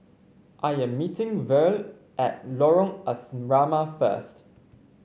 I am meeting Verl at Lorong Asrama first